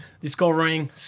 discovering